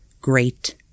great